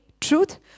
truth